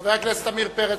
חבר הכנסת עמיר פרץ,